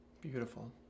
Beautiful